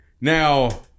now